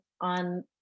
on